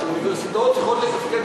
אינני יכול להתחייב.